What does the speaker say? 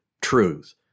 truth